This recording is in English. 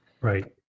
Right